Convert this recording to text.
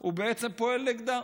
הוא בעצם פועל נגדה.